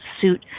suit